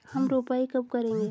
हम रोपाई कब करेंगे?